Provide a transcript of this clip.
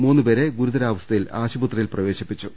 മൂന്നുപേരെ ഗുരുതരാവസ്ഥയിൽ ആശുപത്രിയിൽ പ്രവേശിപ്പിച്ചു